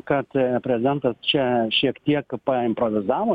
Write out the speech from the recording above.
kad prezidentas čia šiek tiek improvizavo